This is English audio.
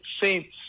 saints